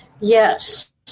Yes